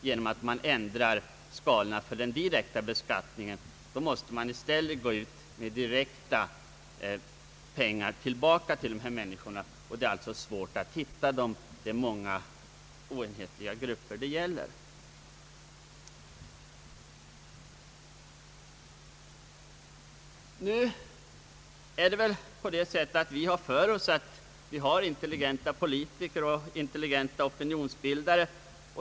Då måste man i stället direkt betala tillbaka pengar till dessa män Allmänpolitisk debatt niskor. Men det är svårt att hitta de många grupper det gäller. Vi har säkert intelligenta politiker och intelligenta : opinionsbildare.